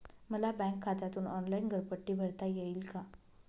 मला बँक खात्यातून ऑनलाइन घरपट्टी भरता येईल का?